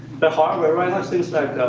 the hardware has things